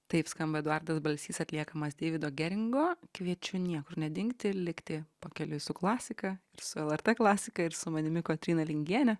taip skamba eduardas balsys atliekamas deivido geringo kviečiu niekur nedingti ir likti pakeliui su klasika ir su lrt klasika ir su manimi kotryna lingiene